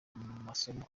masomo